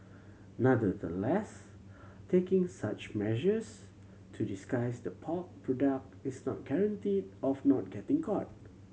nonetheless taking such measures to disguise the pork product is no guarantee of not getting caught